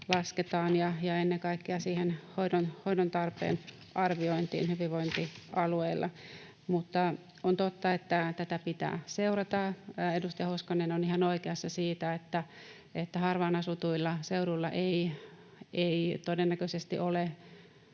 lasketaan ja ennen kaikkea siihen hoidon tarpeen arviointiin hyvinvointialueilla. Mutta on totta, että tätä pitää seurata. Edustaja Hoskonen on ihan oikeassa siitä, että harvaan asutuilla seuduilla ei todennäköisesti ole